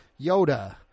Yoda